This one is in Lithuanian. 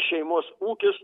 šeimos ūkius